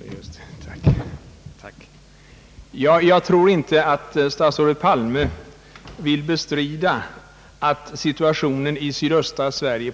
Herr talman! Jag tror inte att statsrådet Palme vill bestrida, att järnvägskommunikationerna i sydöstra Sverige